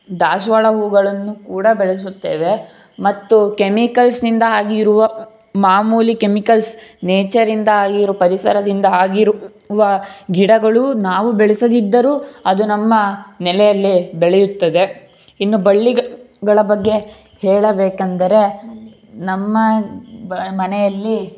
ದಾಸವಾಳ ಹೂಗಳನ್ನು ಕೂಡ ಬೆಳೆಸುತ್ತೇವೆ ಮತ್ತು ಕೆಮಿಕಲ್ಸ್ನಿಂದ ಆಗಿರುವ ಮಾಮೂಲಿ ಕೆಮಿಕಲ್ಸ್ ನೇಚರಿಂದ ಆಗಿರೋ ಪರಿಸರದಿಂದ ಆಗಿರುವ ಗಿಡಗಳು ನಾವು ಬೆಳೆಸದಿದ್ದರೂ ಅದು ನಮ್ಮ ನೆಲೆಯಲ್ಲಿ ಬೆಳೆಯುತ್ತದೆ ಇನ್ನು ಬಳ್ಳಿಗಳ ಬಗ್ಗೆ ಹೇಳಬೇಕೆಂದರೆ ನಮ್ಮ ಮನೆಯಲ್ಲಿ